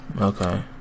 Okay